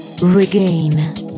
Regain